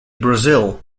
brazil